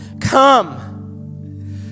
come